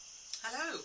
Hello